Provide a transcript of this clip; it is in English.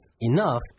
Enough